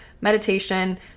meditation